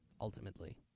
ultimately